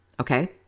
okay